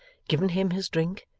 given him his drink,